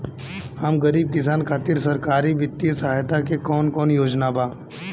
हम गरीब किसान खातिर सरकारी बितिय सहायता के कवन कवन योजना बा?